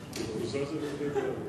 אני מבקש להוסיף אותי.